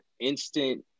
instant